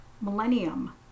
millennium